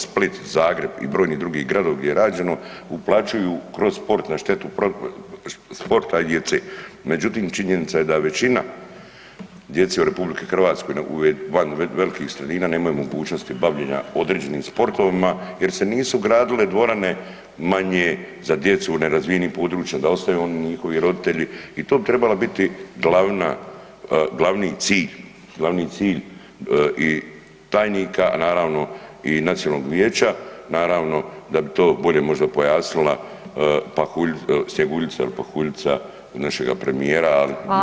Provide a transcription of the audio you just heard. Split, Zagreb i brojni drugi gradovi gdje je rađeno, uplaćuju kroz sport na štetu sporta i djece međutim činjenica je da većina djece u RH, van velikih sredina nemaju mogućnosti bavljenja određenim sportovima jer se nisu gradile dvorane manje za djecu, u nerazvijenim područjima, da ostaju oni i njihovi roditelji i to bi trebala biti glavni cilj, glavni cilj i tajnik a naravno i nacionalnog vijeća, naravno da bi to bolje možda pojasnila Snjeguljica ili Pahuljica našega premijera ali imat će vremena.